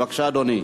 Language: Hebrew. בבקשה, אדוני.